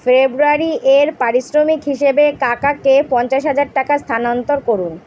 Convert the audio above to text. ফেব্রুয়ারির পারিশ্রমিক হিসেবে কাকাকে পঞ্চাশ হাজার টাকা স্থানান্তর করুন